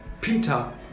Peter